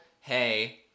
hey